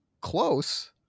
Close